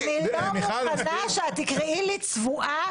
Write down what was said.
תגישי תלונה לוועדת האתיקה.